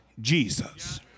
Jesus